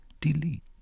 delete